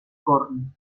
corn